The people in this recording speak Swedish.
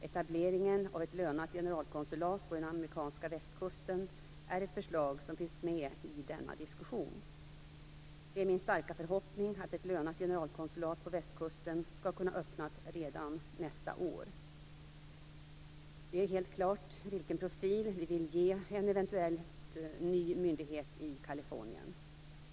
Etableringen av ett lönat generalkonsulat på den amerikanska västkusten är ett förslag som finns med i denna diskussion. Det är min starka förhoppning att ett lönat generalkonsulat på västkusten skall kunna öppnas redan nästa år. Det är helt klart vilken profil vi vill ge en eventuell ny myndighet i Kalifornien.